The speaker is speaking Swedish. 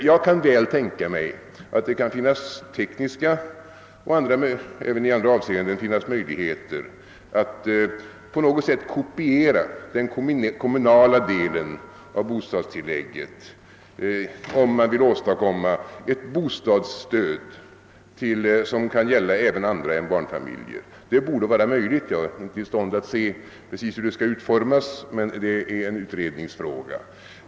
Jag kan väl tänka mig att det kan finnas tekniska och även i andra avseenden möjligheter att på något sätt kopiera den kommunala delen av bostadstillägget, om man vill åstadkomma ett bostadsstöd som kan gälla även andra än barnfamiljer. Det borde vara möjligt, ehuru jag inte är i stånd att se precis hur ett sådant system skall utformas — det är en utredningsfråga.